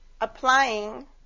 applying